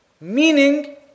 Meaning